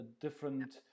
different